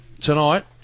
Tonight